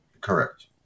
Correct